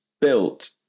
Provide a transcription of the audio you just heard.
built